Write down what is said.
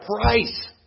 price